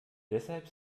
deshalb